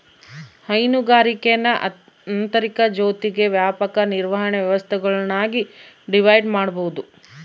ಹೈನುಗಾರಿಕೇನ ಆಂತರಿಕ ಜೊತಿಗೆ ವ್ಯಾಪಕ ನಿರ್ವಹಣೆ ವ್ಯವಸ್ಥೆಗುಳ್ನಾಗಿ ಡಿವೈಡ್ ಮಾಡ್ಬೋದು